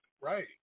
Right